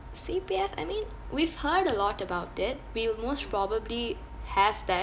C_P_F I mean we've heard a lot about it we'll most probably have that